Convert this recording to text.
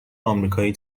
آمریکایی